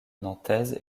nantaise